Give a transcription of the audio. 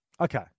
Okay